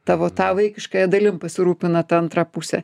tavo ta vaikiškąja dalim pasirūpina ta antra pusė